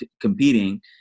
competing